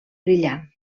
brillant